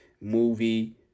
movie